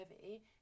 heavy